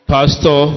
Pastor